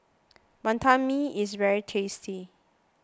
Wantan Mee is very tasty